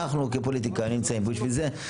אנחנו כפוליטיקאים נמצאים פה בשביל זה.